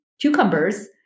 cucumbers